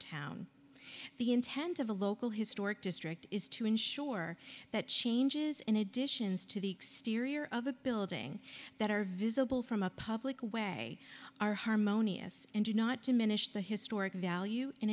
town the intent of the local historic district is to ensure that changes in additions to the exterior of the building that are visible from a public way are harmonious and do not diminish the historic value